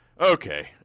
Okay